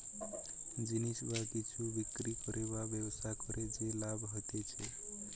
জিনিস বা কিছু বিক্রি করে বা ব্যবসা করে যে লাভ হতিছে